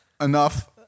Enough